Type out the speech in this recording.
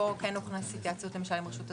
פה כן הוכנסה התייעצות, למשל עם רשות התחרות,